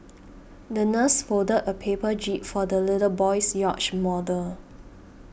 the nurse folded a paper jib for the little boy's yacht model